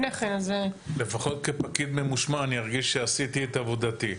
לפחות כפקיד ממושמע, ארגיש שעשיתי את עבודתי.